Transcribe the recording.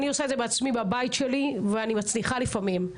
אני עושה את זה בעצמי בבית שלי ואני מצליחה לפעמים,